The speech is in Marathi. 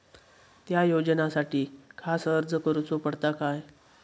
त्या योजनासाठी खास अर्ज करूचो पडता काय?